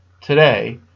Today